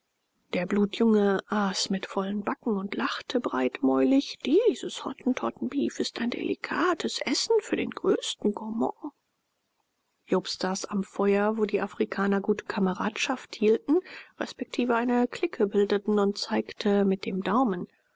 der blutjunge aß mit vollen backen und lachte breitmäulig dieses hottentottenbeef ist ein delikates essen für den größten gourmand jobst saß am feuer wo die afrikaner gute kameradschaft hielten resp eine clique bildeten und zeigte mit dem daumen